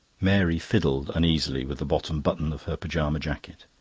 mary fiddled uneasily with the bottom button of her pyjama jacket.